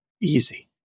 easy